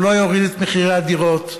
הוא לא יוריד את מחירי הדירות,